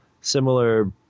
similar